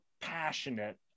passionate